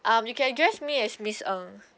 um you can address me as miss ng